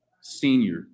senior